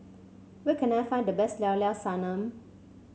where can I find the best Llao Llao Sanum